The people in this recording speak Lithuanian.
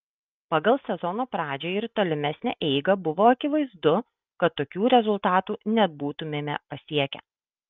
pagal sezono pradžią ir tolimesnę eigą buvo akivaizdu kad tokių rezultatų nebūtumėme pasiekę